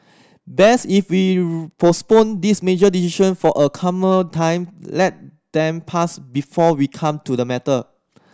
best if you postponed this major decision for a calmer time let time pass before we come to the matter